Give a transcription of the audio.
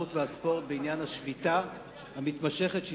התרבות והספורט בעניין השביתה המתמשכת,